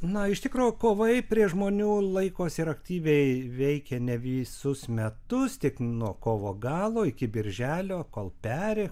na iš tikro kovai prieš žmonių laikosi ir aktyviai veikia ne visus metus tik nuo kovo galo iki birželio kol peri